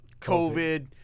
COVID